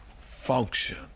function